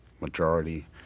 majority